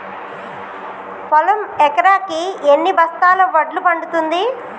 పొలం ఎకరాకి ఎన్ని బస్తాల వడ్లు పండుతుంది?